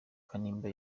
kanimba